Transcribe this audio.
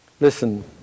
Listen